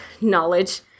knowledge